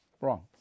Wrong